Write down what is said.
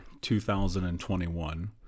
2021